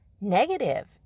negative